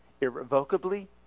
irrevocably